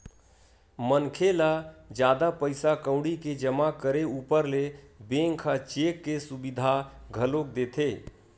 मनखे ल जादा पइसा कउड़ी के जमा करे ऊपर ले बेंक ह चेक के सुबिधा घलोक देथे